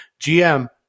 GM